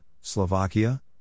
Slovakia